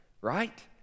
right